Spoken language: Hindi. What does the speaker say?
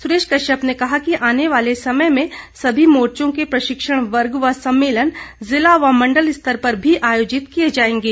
सुरेश कश्यप ने कहा कि आने वाले समय में सभी मोर्चों के प्रशिक्षण वर्ग व सम्मेलन जिला व मण्डल स्तर पर भी आयोजित किए जाएंगे